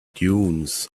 dunes